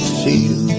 feel